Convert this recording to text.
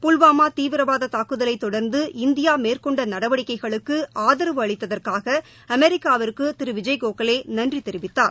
புல்வாமா தீவிரவாத தாக்குதலை தொடர்ந்து இந்தியா மேற்கொண்ட நடவடிக்கைகளுக்கு ஆதரவு அளித்ததற்காக அமெரிக்காவிற்கு திரு விஜய் கோகலே நன்றி தெரிவித்தார்